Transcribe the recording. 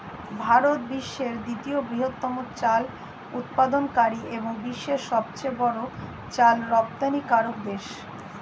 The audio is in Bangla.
ভারত বিশ্বের দ্বিতীয় বৃহত্তম চাল উৎপাদনকারী এবং বিশ্বের সবচেয়ে বড় চাল রপ্তানিকারক দেশ